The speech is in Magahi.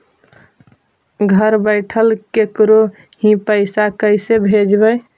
घर बैठल केकरो ही पैसा कैसे भेजबइ?